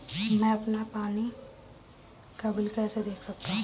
मैं अपना पानी का बिल कैसे देख सकता हूँ?